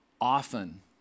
often